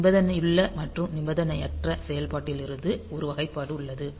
நிபந்தனையுள்ள மற்றும் நிபந்தனையற்ற செயல்பாட்டிலிருந்து ஒரு வகைப்பாடு உள்ளது